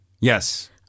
yes